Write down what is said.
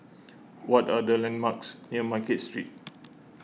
what are the landmarks near Market Street